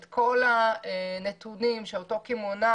את כל הנתונים של אותו קמעונאי,